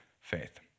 faith